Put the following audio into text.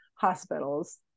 hospitals